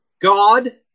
God